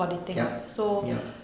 yup yup